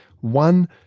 One